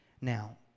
Now